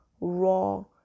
raw